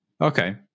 Okay